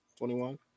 21